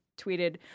tweeted